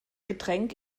getränk